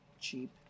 cheap